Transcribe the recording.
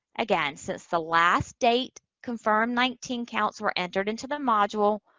again, since the last date confirmed nineteen counts were entered into the module,